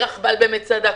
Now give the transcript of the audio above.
רכבל במצדה,